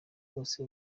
wose